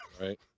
right